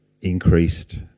increased